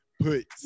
Put